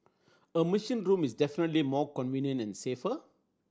a machine room is definitely more convenient and safer